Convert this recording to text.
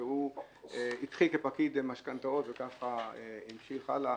והוא התחיל כפקיד וככה המשיך הלאה.